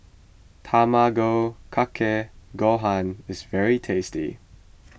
Tamago Kake Gohan is very tasty